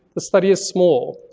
the study is small.